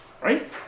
Right